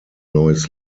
neues